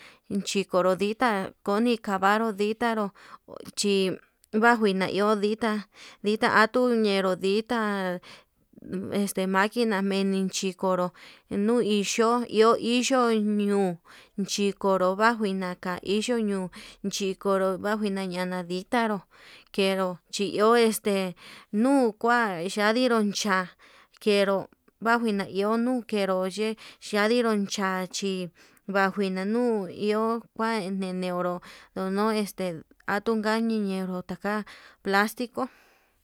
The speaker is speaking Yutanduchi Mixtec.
Inchikonro ditá koni kavaruu ditá nró, chi njuji na iho ditá, ditaá atuu ñenro ditá este makina meni chikonro nuu hi yo'o ixho ñuu chikonro juangui naka, ixho'o ño'o chikoro njuina nada ditanrú kenro chi iho este nuu kua yandinró cha'a, knero njuijina iho kenró e ndachinro chachi njuina nuu iho njuan ne neonró, ndono este atunka niñonró nó taka plastico.